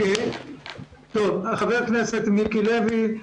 להתייחס לשאלתו של חבר הכנסת מיקי לוי.